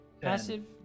Passive